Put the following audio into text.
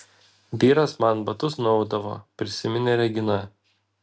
vyras man batus nuaudavo prisiminė regina